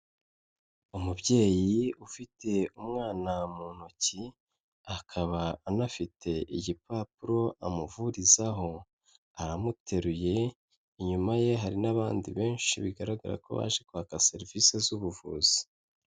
Umubyeyi ufite umwana mu ntoki, akaba anafite igipapuro amuvurizaho, aramuteruye, inyuma ye hari n'abandi benshi bigaragara ko baje kwaka serivise z'ubuvuzi.